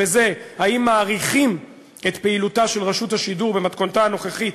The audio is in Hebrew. האם מאריכים את פעילותה של רשות השידור במתכונתה הנוכחית,